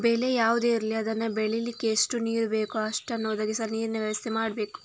ಬೆಳೆ ಯಾವುದೇ ಇರ್ಲಿ ಅದನ್ನ ಬೆಳೀಲಿಕ್ಕೆ ಎಷ್ಟು ನೀರು ಬೇಕೋ ಅಷ್ಟನ್ನ ಒದಗಿಸಲು ನೀರಿನ ವ್ಯವಸ್ಥೆ ಮಾಡ್ಬೇಕು